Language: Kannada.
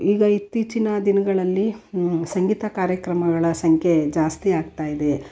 ಈಗ ಇತ್ತೀಚಿನ ದಿನಗಳಲ್ಲಿ ಸಂಗೀತ ಕಾರ್ಯಕ್ರಮಗಳ ಸಂಖ್ಯೆ ಜಾಸ್ತಿ ಆಗ್ತಾಯಿದೆ